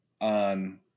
on